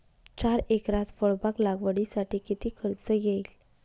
चार एकरात फळबाग लागवडीसाठी किती खर्च येईल?